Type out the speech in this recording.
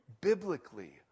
biblically